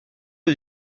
aux